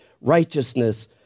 righteousness